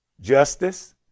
Justice